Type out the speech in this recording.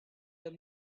the